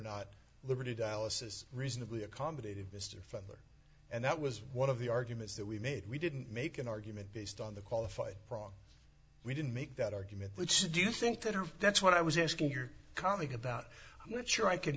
not liberty dialysis reasonably accommodated mr feather and that was one of the arguments that we made we didn't make an argument based on the qualified prong we didn't make that argument which do you think that that's what i was asking your comment about i'm not sure i can